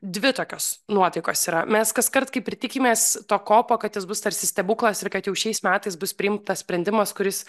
dvi tokios nuotaikos yra mes kaskart kaip ir tikimės to kopo kad jis bus tarsi stebuklas ir kad jau šiais metais bus priimtas sprendimas kuris